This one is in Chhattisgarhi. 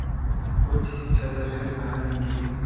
उच्च सिक्छा बर ऋण कहां ले मिलही?